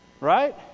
right